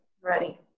ready